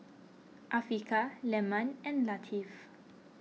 Afiqah Leman and Latif